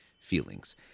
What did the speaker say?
feelings